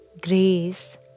grace